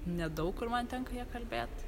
nedaug kur man tenka ja kalbėt